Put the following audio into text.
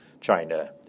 China